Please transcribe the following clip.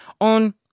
on